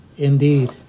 Indeed